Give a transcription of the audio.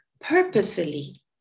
purposefully